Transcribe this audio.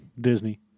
Disney